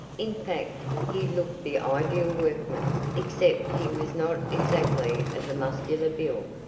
in fact, he looked the ideal workman, except he was not exactly of the muscular build,